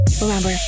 Remember